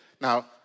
Now